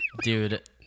Dude